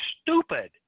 stupid